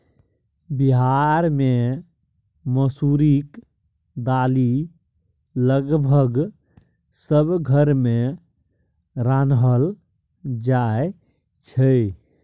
बिहार मे मसुरीक दालि लगभग सब घर मे रान्हल जाइ छै